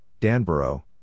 Danborough